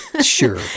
Sure